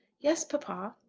yes, papa.